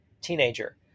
Teenager